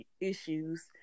issues